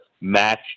match